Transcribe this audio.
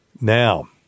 Now